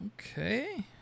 Okay